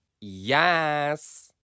Yes